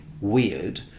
weird